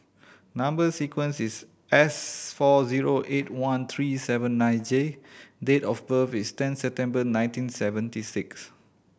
number sequence is S four zero eight one three seven nine J and date of birth is ten September nineteen seventy six